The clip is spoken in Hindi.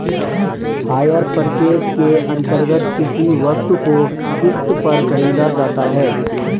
हायर पर्चेज के अंतर्गत किसी वस्तु को किस्त पर खरीदा जाता है